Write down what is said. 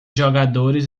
jogadores